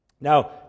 Now